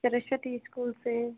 Saraswati school से